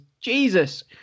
Jesus